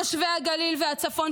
תושבי הגליל והצפון,